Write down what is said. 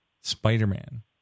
Spider-Man